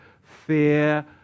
Fear